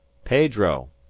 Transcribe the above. pedro,